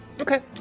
Okay